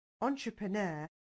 entrepreneur